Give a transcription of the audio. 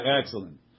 Excellent